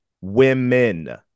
women